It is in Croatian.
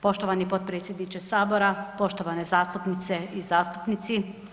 Poštovani podpredsjedniče Sabora, poštovane zastupnice i zastupnici.